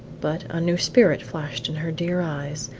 but a new spirit flashed in her dear eyes,